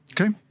Okay